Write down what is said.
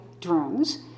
drones